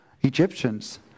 Egyptians